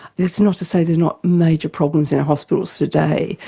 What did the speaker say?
that's not to say there's not major problems in hospitals today,